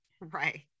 Right